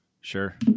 Sure